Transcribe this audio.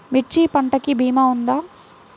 మిర్చి పంటకి భీమా ఉందా?